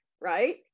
right